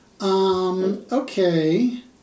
okay